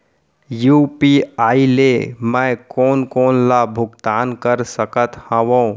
UPI ले मैं कोन कोन ला भुगतान कर सकत हओं?